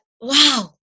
wow